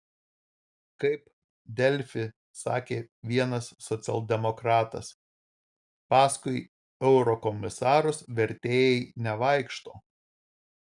kaip delfi sakė vienas socialdemokratas paskui eurokomisarus vertėjai nevaikšto